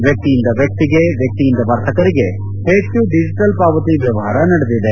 ವ್ಯಕ್ತಿಯಿಂದ ವ್ಯಕ್ತಿಗೆ ವ್ಯಕ್ತಿಯಿಂದ ವರ್ತಕರಿಗೆ ಹೆಚ್ಚು ಡಿಜೆಟಲ್ ಪಾವತಿ ವ್ಯವಹಾರ ನಡೆದಿದೆ